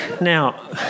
Now